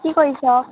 কি কৰিছ